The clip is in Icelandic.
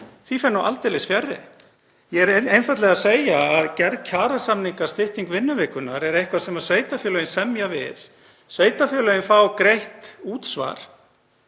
Því fer nú aldeilis fjarri. Ég er einfaldlega að segja að gerð kjarasamninga, stytting vinnuvikunnar, er eitthvað sem sveitarfélögin semja um. Sveitarfélögin fá greitt útsvar,